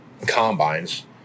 combines